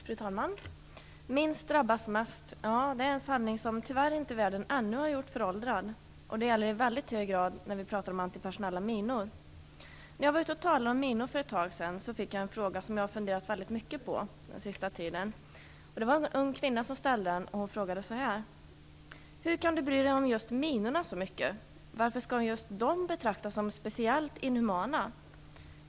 Fru talman! Minst drabbas mest. Det är en sanning som världen tyvärr ännu inte har gjort föråldrad. Det gäller i väldigt hög grad när vi talar om antipersonella minor. När jag var ute och talade om minor för ett tag sedan fick jag en fråga som jag har funderat mycket på den senaste tiden. Det var en ung kvinna som ställde den. Hon frågade så är: Hur kan du bry dig om just minorna så mycket? Varför skall de betraktas som speciellt inhumana?